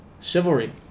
chivalry